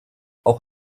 auch